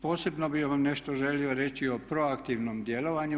Posebno bih vam nešto želio reći o proaktivnom djelovanju.